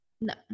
No